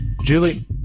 Julie